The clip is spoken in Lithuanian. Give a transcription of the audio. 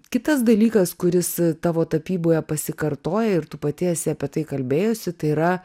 kitas dalykas kuris tavo tapyboje pasikartoja ir tu pati esi apie tai kalbėjusi tai yra